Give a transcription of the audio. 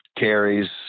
carries